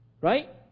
Right